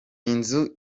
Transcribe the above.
inzu